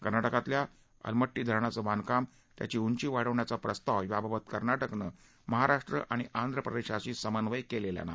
कर्नाटकातल्या अलमट्टी धरणाचं बांधकाम त्याची उंची वाढवण्याचा प्रस्ताव याबाबत कर्नाटकानं महाराष्ट्र आणि आंध्र प्रदेशाशी समन्वय केलेला नाही